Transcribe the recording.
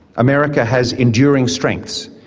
america has enduring strengths,